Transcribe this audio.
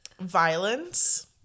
violence